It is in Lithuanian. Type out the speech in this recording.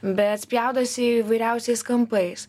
bet spjaudosi įvairiausiais kampais